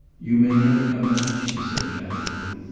you may never come back, she said, casually.